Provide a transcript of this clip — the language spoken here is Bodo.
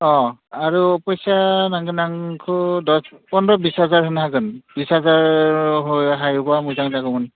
अ आरु फैसाया नांगोन आंखो पन्द्र' बिस हाजार होनो हागोन बिस हाजार हायोब्ला मोजां जागौमोन